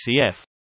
CF